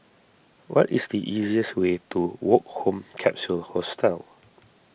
what is the easiest way to Woke Home Capsule Hostel